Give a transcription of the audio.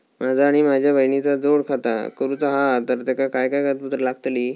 माझा आणि माझ्या बहिणीचा जोड खाता करूचा हा तर तेका काय काय कागदपत्र लागतली?